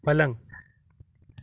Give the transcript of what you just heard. पलंग